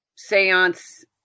Seance